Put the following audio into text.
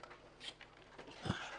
בבקשה.